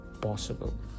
possible